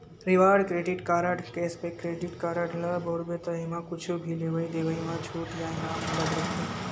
reward credit card, cashback credit card ल बउरबे त एमा कुछु भी लेवइ देवइ म छूट या इनाम मिलत रहिथे